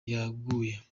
yaguye